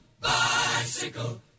bicycle